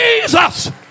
Jesus